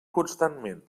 constantment